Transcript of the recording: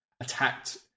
attacked